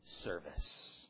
service